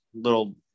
little